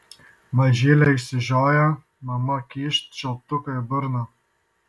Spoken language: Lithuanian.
mažylė išsižioja mama kyšt čiulptuką į burną